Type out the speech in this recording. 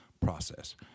process